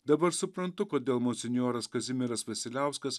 dabar suprantu kodėl monsinjoras kazimieras vasiliauskas